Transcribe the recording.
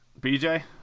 BJ